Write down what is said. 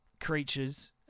creatures